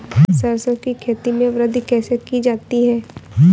सरसो की खेती में वृद्धि कैसे की जाती है?